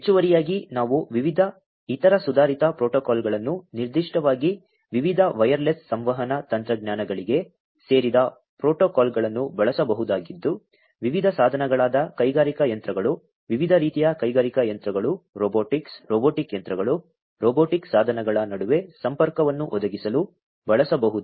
ಹೆಚ್ಚುವರಿಯಾಗಿ ನಾವು ವಿವಿಧ ಇತರ ಸುಧಾರಿತ ಪ್ರೋಟೋಕಾಲ್ಗಳನ್ನು ನಿರ್ದಿಷ್ಟವಾಗಿ ವಿವಿಧ ವೈರ್ಲೆಸ್ ಸಂವಹನ ತಂತ್ರಜ್ಞಾನಗಳಿಗೆ ಸೇರಿದ ಪ್ರೋಟೋಕಾಲ್ಗಳನ್ನು ಬಳಸಬಹುದಾಗಿದ್ದು ವಿವಿಧ ಸಾಧನಗಳಾದ ಕೈಗಾರಿಕಾ ಯಂತ್ರಗಳು ವಿವಿಧ ರೀತಿಯ ಕೈಗಾರಿಕಾ ಯಂತ್ರಗಳು ರೊಬೊಟಿಕ್ಸ್ ರೊಬೊಟಿಕ್ ಯಂತ್ರಗಳು ರೊಬೊಟಿಕ್ ಸಾಧನಗಳ ನಡುವೆ ಸಂಪರ್ಕವನ್ನು ಒದಗಿಸಲು ಬಳಸಬಹುದು